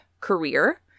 career